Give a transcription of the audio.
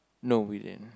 no we didn't